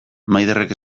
maiderrek